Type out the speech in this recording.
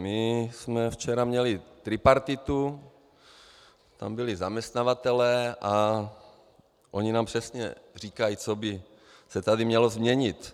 My jsme včera měli tripartitu, tam byli zaměstnavatelé a oni nám přesně říkali, co by se tady mělo změnit.